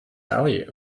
value